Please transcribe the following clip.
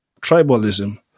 tribalism